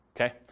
okay